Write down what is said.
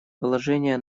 положение